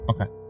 Okay